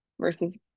versus